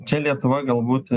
čia lietuva galbūt